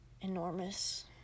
enormous